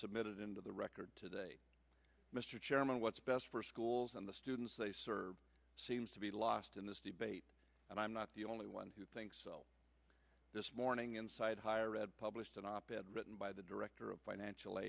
submitted into the record today mr chairman what's best for schools and the students they serve seems to be lost in this debate and i'm not the only one who thinks this morning inside higher ed published an op ed written by the director of financial